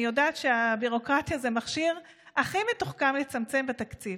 אני יודעת שהביורוקרטיה זה המכשיר הכי מתוחכם לצמצם בתקציב.